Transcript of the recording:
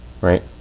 right